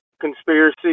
conspiracy